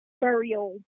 burial